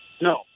No